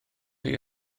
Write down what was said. chi